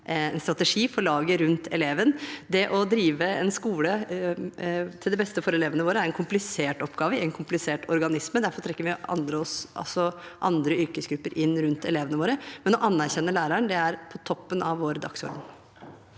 en strategi for laget rundt eleven. Det å drive en skole til det beste for elevene våre er en komplisert oppgave i en komplisert organisme. Derfor trekker vi også andre yrkesgrupper inn rundt elevene våre. Men å anerkjenne læreren er på toppen av vår dagsorden.